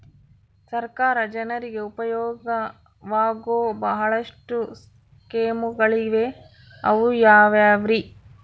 ಸರ್ಕಾರ ಜನರಿಗೆ ಉಪಯೋಗವಾಗೋ ಬಹಳಷ್ಟು ಸ್ಕೇಮುಗಳಿವೆ ಅವು ಯಾವ್ಯಾವ್ರಿ?